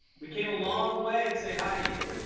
we came a long way to say hi to you.